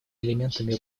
элементами